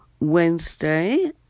Wednesday